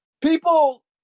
people